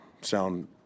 sound